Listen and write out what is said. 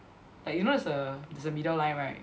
like you know there's a there's a middle line right